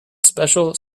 special